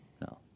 No